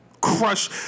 crush